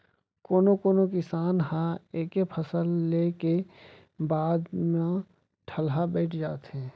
कोनो कोनो किसान ह एके फसल ले के बाद म ठलहा बइठ जाथे